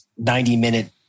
90-minute